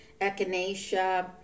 Echinacea